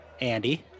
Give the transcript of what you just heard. Andy